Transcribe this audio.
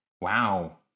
Wow